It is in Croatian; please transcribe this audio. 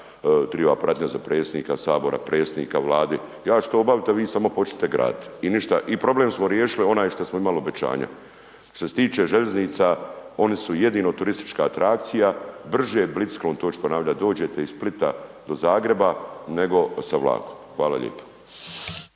triba pratnja za predsjednika sabora, predsjednika vlade, ja ću to obavit a vi samo počnite gradit i ništa i problem smo riješili onaj šta smo imali obećanja. Što se tiče željeznica, oni su jedino turistička atrakcija brže biciklom, to ću ponavljat, dođete iz Splita do Zagreba nego sa vlakom. Hvala lijepo.